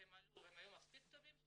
כשהם עלו הם היו מספיק טובים,